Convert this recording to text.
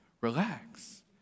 relax